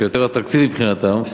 יותר אטרקטיביים מבחינתם,